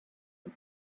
and